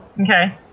Okay